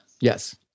Yes